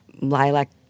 lilac